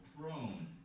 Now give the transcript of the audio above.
prone